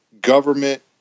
government